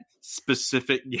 specific